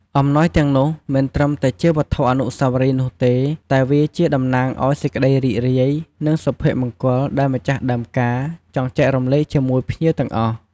អំណោយទាំងនោះមិនត្រឹមតែជាវត្ថុអនុស្សាវរីយ៍នោះទេ តែវាជាតំណាងឲ្យសេចក្តីរីករាយ និងសុភមង្គលដែលម្ចាស់ដើមការ ចង់ចែករំលែកជាមួយភ្ញៀវទាំងអស់។